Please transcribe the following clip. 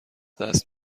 دست